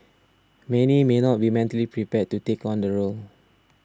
many may not be mentally prepared to take on the role